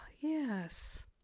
yes